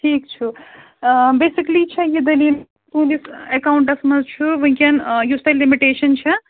ٹھیٖک چھُ بیسِکلی چھَ یہِ دٔلیٖل تُہٕنٛدِس اٮ۪کاوُنٛٹَس منٛز چھُ وُنکٮ۪ن یُس تۄہہِ لِمِٹیشَن چھَ